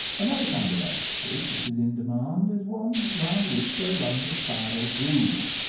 another kind of ash stick which is in demand is one round which there runs a spiral groove.